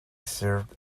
served